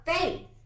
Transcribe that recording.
faith